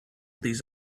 these